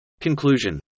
Conclusion